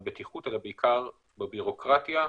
אותה נצטרך לבחון אל מול תוצאות הניסוי.